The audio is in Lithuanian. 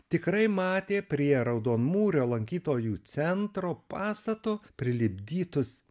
tikrai matė prie raudonmūrio lankytojų centro pastato prilipdytus